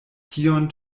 tion